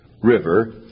River